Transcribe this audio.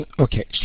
Okay